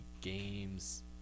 games